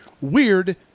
Weird